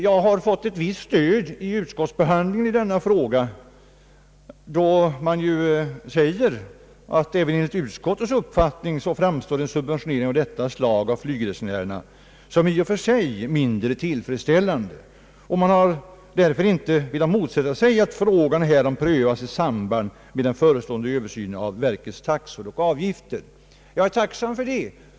Jag har fått ett visst stöd i utskottsbehandlingen av denna fråga, då utskottet säger att enligt utskottets uppfattning en subventionering av detta slag framstår såsom mindre tillfredsställande. Man har därför inte velat motsätta sig att denna fråga prövas i samband med den förestående översynen av verkets taxor och avgifter. Jag är tacksam för det.